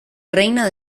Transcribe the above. reina